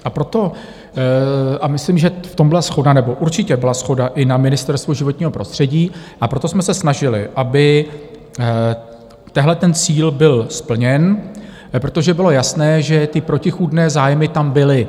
A proto, a myslím, že v tomhle byla shoda, nebo určitě byla shoda i na Ministerstvu životního prostředí, a proto jsme se snažili, aby tenhle cíl byl splněn, protože bylo jasné, že protichůdné zájmy tam byly.